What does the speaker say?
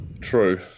True